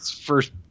first